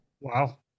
Wow